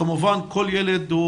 כמובן כל ילד הוא,